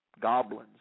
goblins